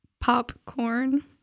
Popcorn